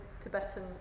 Tibetan